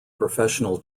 professional